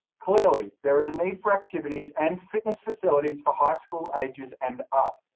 clearly there is a need for activities and fitness facilities for high school ages and up.